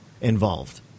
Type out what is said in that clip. involved